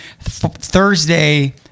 Thursday